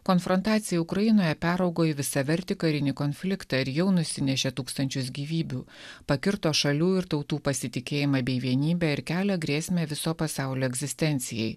konfrontacija ukrainoje peraugo į visavertį karinį konfliktą ir jau nusinešė tūkstančius gyvybių pakirto šalių ir tautų pasitikėjimą bei vienybę ir kelia grėsmę viso pasaulio egzistencijai